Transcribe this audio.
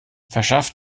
verschaff